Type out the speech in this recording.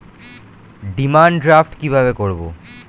Demand draft কীভাবে করব?